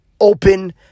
open